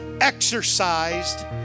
exercised